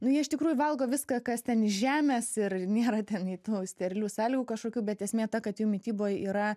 nu jie iš tikrųjų valgo viską kas ten iš žemės ir nėra ten nei tų sterilių sąlygų kažkokių bet esmė ta kad jų mityboj yra